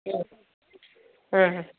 ହଁ ହଁ ହଁ